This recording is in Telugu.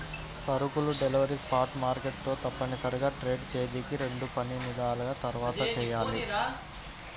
సరుకుల డెలివరీ స్పాట్ మార్కెట్ తో తప్పనిసరిగా ట్రేడ్ తేదీకి రెండుపనిదినాల తర్వాతచెయ్యాలి